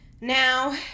now